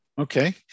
Okay